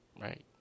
right